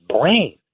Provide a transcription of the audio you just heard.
brain